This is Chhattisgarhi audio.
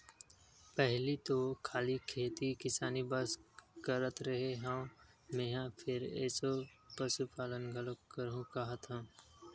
पहिली तो खाली खेती किसानी बस करत रेहे हँव मेंहा फेर एसो पसुपालन घलोक करहूं काहत हंव